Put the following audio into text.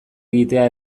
egitea